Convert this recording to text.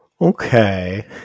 Okay